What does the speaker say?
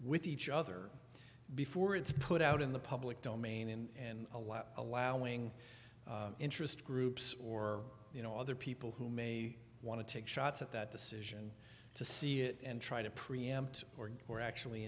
with each other before it's put out in the public domain in a lot allowing interest groups or you know other people who may want to take shots at that decision to see it and try to preempt or or actually